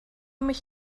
mich